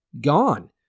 gone